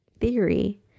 theory